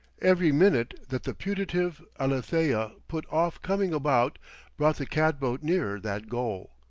every minute that the putative alethea put off coming about brought the cat-boat nearer that goal,